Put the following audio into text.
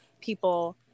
people –